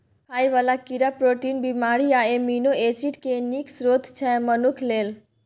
खाइ बला कीड़ा प्रोटीन, बिटामिन आ एमिनो एसिड केँ नीक स्रोत छै मनुख लेल